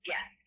Yes